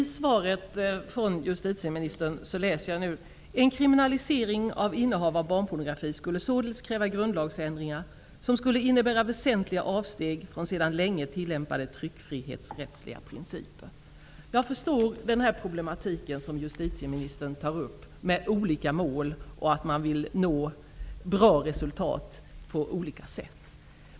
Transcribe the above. Herr talman! I justitieministerns svar står det: ''En kriminalisering av innehav av barnpornografi skulle således kräva grundlagsändringar som skulle innebära väsentliga avsteg från sedan länge tillämpade tryckfrihetsrättsliga principer.'' Jag förstår den här problematiken som justitieministern tar upp med olika mål och att man vill nå bra resultat på olika sätt.